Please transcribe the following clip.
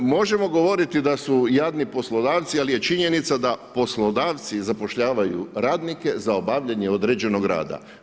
Možemo govoriti da su jadni poslodavci ali je činjenica da poslodavci zapošljavaju radnike za obavljanje određenog rada.